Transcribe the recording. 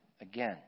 again